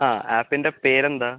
ആ ആപ്പിൻ്റെ പേരെന്താണ്